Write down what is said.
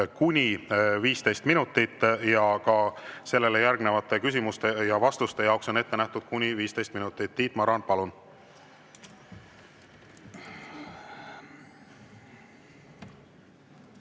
kuni 15 minutit ja ka sellele järgnevate küsimuste ja vastuste jaoks on ette nähtud kuni 15 minutit. Tiit Maran, palun!